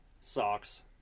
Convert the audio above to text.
Socks